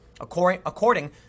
according